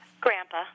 Grandpa